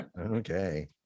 okay